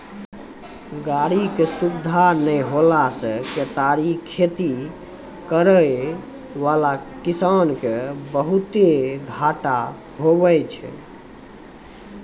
गाड़ी के सुविधा नै होला से केतारी खेती करै वाला किसान के बहुते घाटा हुवै छै